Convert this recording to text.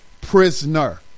prisoner